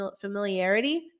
familiarity